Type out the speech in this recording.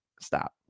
stop